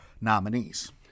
nominees